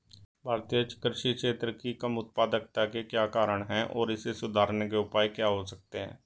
भारतीय कृषि क्षेत्र की कम उत्पादकता के क्या कारण हैं और इसे सुधारने के उपाय क्या हो सकते हैं?